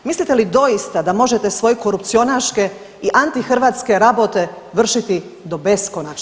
Mislite li doista da možete svoje korupcionaške i antihrvatske rabote vršiti do beskonačnosti?